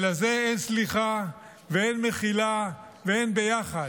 על זה אין סליחה ואין מחילה ואין ביחד.